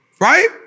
Right